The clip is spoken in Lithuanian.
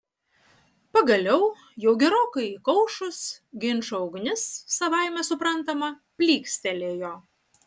pagaliau jau gerokai įkaušus ginčo ugnis savaime suprantama plykstelėjo